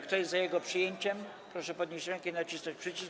Kto jest za jego przyjęciem, proszę podnieść rękę i nacisnąć przycisk.